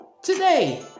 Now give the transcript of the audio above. Today